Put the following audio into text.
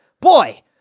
Boy